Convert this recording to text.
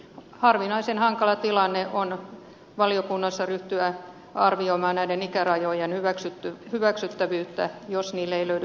harvinaisen hankala tilanne on valiokunnassa ryhtyä arvioimaan näiden ikärajojen hyväksyttävyyttä jos niille ei löydy perusteita